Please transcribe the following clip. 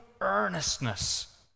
earnestness